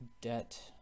Debt